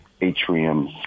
atrium